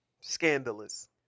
Scandalous